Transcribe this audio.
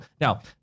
now